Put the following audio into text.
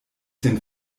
den